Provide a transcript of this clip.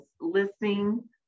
listening